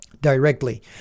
directly